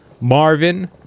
marvin